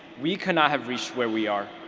we cannot have reached where we are.